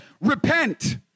repent